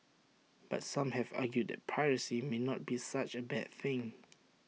but some have argued that piracy may not be such A bad thing